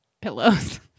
pillows